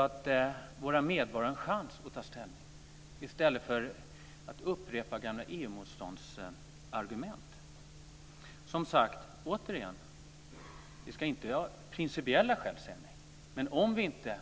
att medborgarna kan ta ställning. I stället upprepar man gamla EU Vi ska inte säga nej av principiella skäl, men om vi inte